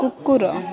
କୁକୁର